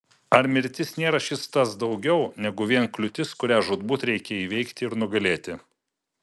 ar mirtis nėra šis tas daugiau negu vien kliūtis kurią žūtbūt reikia įveikti ir nugalėti